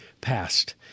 passed